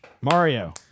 Mario